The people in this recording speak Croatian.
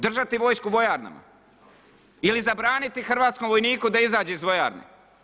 Držati vojsku u vojarnama ili zabraniti hrvatskom vojniku da izađe iz vojarne.